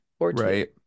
Right